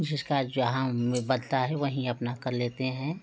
जिसका जहाँ उम्मीद बनता है वहीं अपना कर लेते हैं